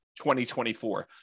2024